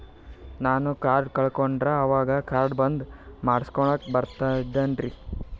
ನಾನು ಕಾರ್ಡ್ ಕಳಕೊಂಡರ ಅವಾಗ ಕಾರ್ಡ್ ಬಂದ್ ಮಾಡಸ್ಲಾಕ ಬರ್ತದೇನ್ರಿ?